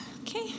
okay